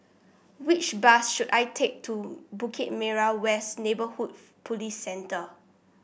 which bus should I take to Bukit Merah West Neighbourhood Police Centre